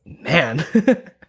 man